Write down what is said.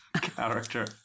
character